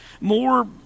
more